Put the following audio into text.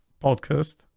Podcast